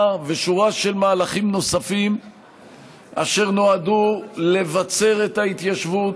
ושורה של מהלכים נוספים אשר נועדו לבצר את ההתיישבות